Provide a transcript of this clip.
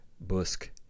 Busk